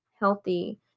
healthy